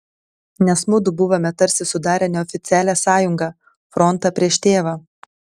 nes mudu buvome tarsi sudarę neoficialią sąjungą frontą prieš tėvą